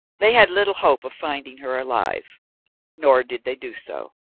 they had little hope of finding her alive nor did they do so.